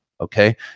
Okay